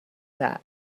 that